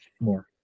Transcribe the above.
more